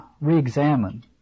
re-examine